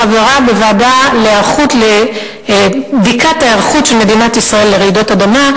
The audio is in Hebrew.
חברה בוועדה לבדיקת ההיערכות של מדינת ישראל לרעידות אדמה,